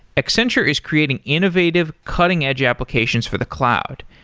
accenture is creating innovative cutting-edge applications for the cloud.